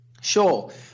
Sure